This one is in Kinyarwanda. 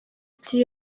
city